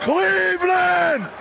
Cleveland